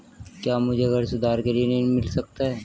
क्या मुझे घर सुधार के लिए ऋण मिल सकता है?